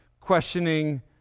questioning